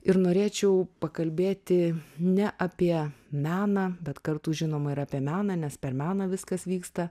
ir norėčiau pakalbėti ne apie meną bet kartu žinoma ir apie meną nes per meną viskas vyksta